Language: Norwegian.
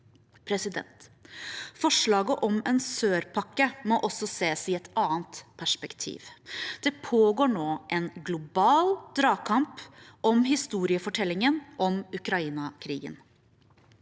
kriser. Forslaget om en sør-pakke må også ses i et annet perspektiv. Det pågår nå en global dragkamp om historiefortellingen om Ukraina-krigen.